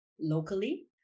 locally